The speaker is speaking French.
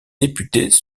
députés